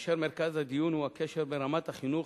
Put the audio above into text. ומרכז הדיון הוא הקשר בין רמת החינוך